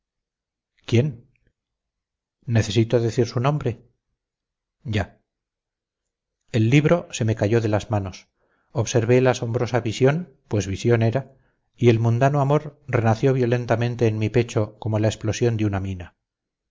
quién necesito decir su nombre ya el libro se me cayó de las manos observé la asombrosa visión pues visión era y el mundano amor renació violentamente en mi pecho como la explosión de una mina